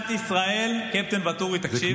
ישראל, קפטן ואטורי, תקשיב.